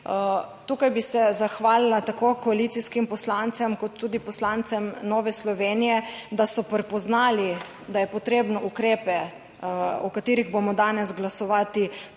Tukaj bi se zahvalila tako koalicijskim poslancem kot tudi poslancem Nove Slovenije, da so prepoznali, da je potrebno ukrepe o katerih bomo danes glasovali,